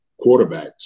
quarterbacks